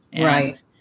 right